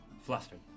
flustered